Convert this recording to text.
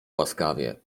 łaskawie